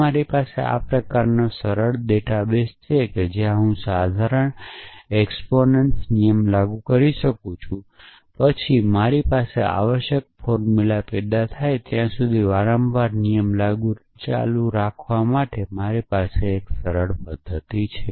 જો મારી પાસે આ પ્રકારનો સરળ ડેટાબેસછે જ્યાં હું સાધારણ એક્સપોન્સન્ટ નિયમ લાગુ કરી શકું છું પછી મારી પાસે આવશ્યક ફોર્મુલા પેદા થાય ત્યાં સુધી વારંવાર નિયમ લાગુ રાખવા માટે મારી પાસે એક સરળ પદ્ધતિ છે